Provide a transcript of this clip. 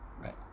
Right